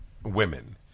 women